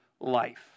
life